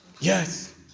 Yes